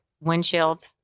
windshield